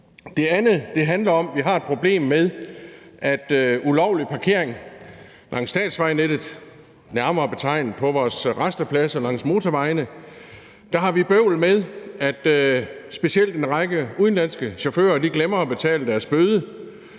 Det andet handler om, at vi har et problem med ulovlig parkering langs statsveje, nærmere betegnet på vores rastepladser langs motorvejene. Vi har bøvl med, at specielt en række udenlandske chauffører glemmer at betale deres bøder.